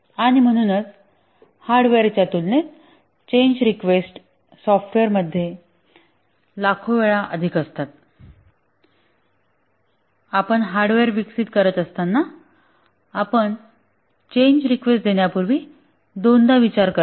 आणि म्हणूनच हार्डवेअरच्या तुलनेत चेंज रिकवेस्ट सॉफ्टवेअर मध्ये लाखो वेळा अधिक असतात आपण हार्डवेअर विकसित करीत असताना आपण चेंज रिकवेस्ट देण्यापूर्वी दोनदा विचार करता